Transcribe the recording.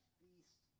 feast